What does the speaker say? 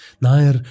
Nair